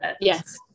Yes